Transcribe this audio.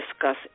discuss